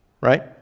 Right